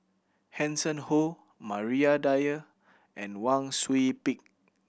Hanson Ho Maria Dyer and Wang Sui Pick